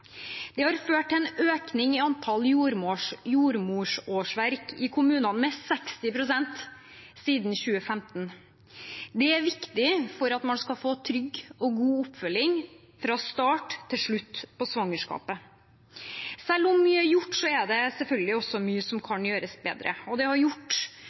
Det har ført til en økning på 60 pst. i antall jordmorårsverk i kommunene siden 2015. Det er viktig for at man skal få trygg og god oppfølging fra starten til slutten av svangerskapet. Selv om mye er gjort, er det selvfølgelig også mye som kan gjøres bedre. Det har gjort